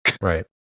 right